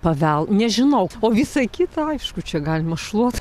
pavel nežinau o visa kita aišku čia galima šluot